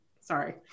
Sorry